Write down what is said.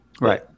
right